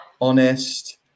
honest